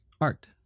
art